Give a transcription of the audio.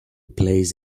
plays